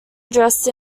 addressed